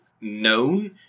known